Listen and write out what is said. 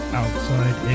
outside